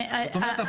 זאת אומרת,